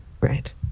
Right